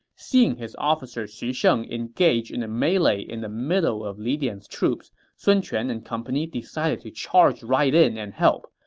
seeing his officer xu sheng engaged in a melee in the middle of li dian's troops, sun quan and company decided to charge in and help,